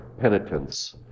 penitence